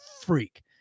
freak